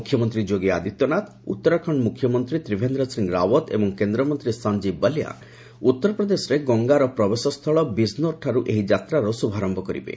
ମୁଖ୍ୟମନ୍ତ୍ରୀ ଯୋଗୀ ଆଦିତ୍ୟନାଥ ଉତ୍ତରାଖଣ୍ଡ ମୁଖ୍ୟମନ୍ତ୍ରୀ ତ୍ରିଭେନ୍ଦ୍ର ସିଂ ରାଓ୍ୱତ ଏବଂ କେନ୍ଦ୍ରମନ୍ତ୍ରୀ ସଞ୍ଜୀବ ବଲିଆଁ ଉତ୍ତରପ୍ରଦେଶରେ ଗଙ୍ଗାର ପ୍ରବେଶସ୍ଥଳ ବିଜ୍ନୋରଠାରୁ ଏହି ଯାତ୍ରାର ଶୁଭାର୍ୟ କରିବେ